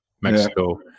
Mexico